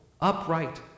upright